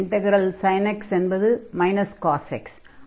integral sin x என்பது cos x ஆகும்